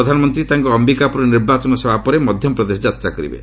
ପ୍ରଧାନମନ୍ତ୍ରୀ ତାଙ୍କ ଅନ୍ଧିକାପୁର ନିର୍ବାଚନ ସଭା ପରେ ମଧ୍ୟପ୍ରଦେଶ ଯାତ୍ରା କରିବେ